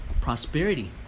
prosperity